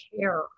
care